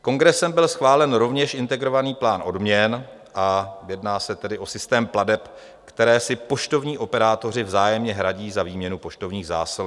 Kongresem byl schválen rovněž integrovaný plán odměn a jedná se o systém plateb, které si poštovní operátoři vzájemně hradí za výměnu poštovních zásilek.